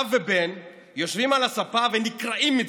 אב ובן יושבים על הספה ונקרעים מצחוק,